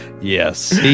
Yes